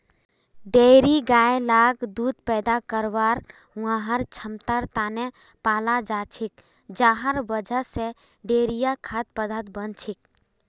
dairy गाय लाक दूध पैदा करवार वहार क्षमतार त न पालाल जा छेक जहार वजह से डेयरी खाद्य पदार्थ बन छेक